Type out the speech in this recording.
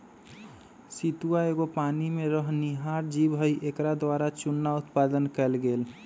सितुआ एगो पानी में रहनिहार जीव हइ एकरा द्वारा चुन्ना उत्पादन कएल गेल